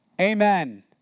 Amen